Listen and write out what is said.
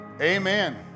Amen